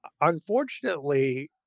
Unfortunately